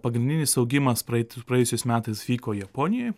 pagrindinis augimas praeit praėjusiais metais vyko japonijoj